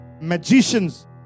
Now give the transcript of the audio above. magicians